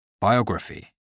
biography